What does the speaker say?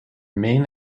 main